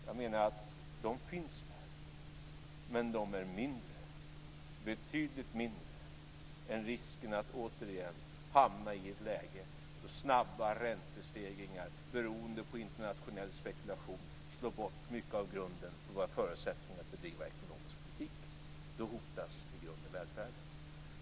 Jag menar att de finns där, men de är betydligt mindre än risken att återigen hamna i ett läge då snabba räntestegringar beroende på internationell spekulation slår bort mycket av grunden för våra förutsättningar att bedriva ekonomisk politik.